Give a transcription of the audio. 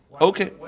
Okay